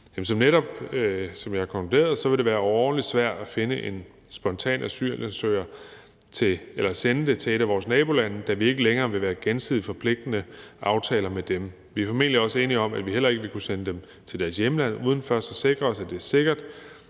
Som jeg netop har konkluderet, vil det være overordentlig svært at sende en, der søger spontan asyl, til et af vores nabolande, da vi ikke længere vil have gensidigt forpligtende aftaler med dem. Vi er formentlig også enige om, at vi heller ikke vil kunne sende dem til deres hjemland uden først at sikre os, at det er sikkert,